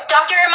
Doctor